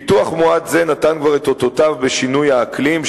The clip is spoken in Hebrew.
פיתוח מואץ זה כבר נתן את אותותיו בשינוי האקלים,